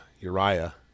Uriah